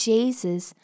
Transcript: Jesus